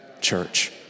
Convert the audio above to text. church